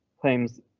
claims